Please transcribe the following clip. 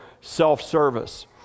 self-service